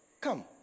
Come